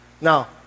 Now